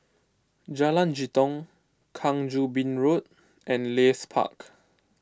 Jalan Jitong Kang Choo Bin Road and Leith Park